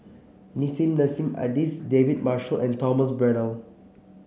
Nissim Nassim Adis David Marshall and Thomas Braddell